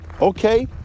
Okay